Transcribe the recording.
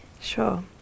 Sure